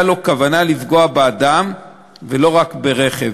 לו כוונה לפגוע באדם ולא רק בכלי הרכב.